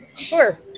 Sure